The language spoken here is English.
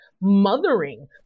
mothering